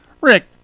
rick